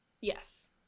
yes